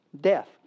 death